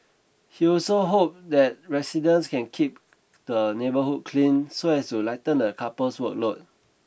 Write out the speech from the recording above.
he also hope that residents can keep the neighbourhood clean so as to lighten the couple's workload